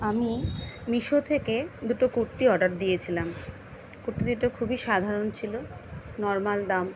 আমি মিসো থেকে দুটো কুর্তি অর্ডার দিয়েছিলাম কুর্তিটা খুবই সাধারণ ছিলো নর্মাল দাম